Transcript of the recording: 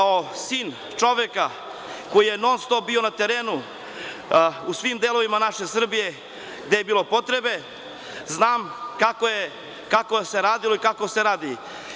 Kao sin čoveka koji je non-stop bio na terenu, u svim delovima naše Srbije gde je bilo potrebe, znam kako se radilo i kako se radi.